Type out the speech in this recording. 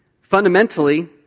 Fundamentally